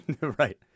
Right